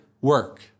work